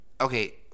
Okay